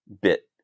bit